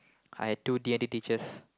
I had two D-and-T teachers